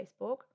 Facebook